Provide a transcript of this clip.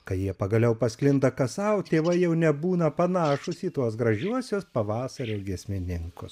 kai jie pagaliau pasklinda kas sau tėvai jau nebūna panašūs į tuos gražiuosius pavasario giesmininkus